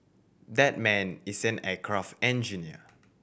that man is an aircraft engineer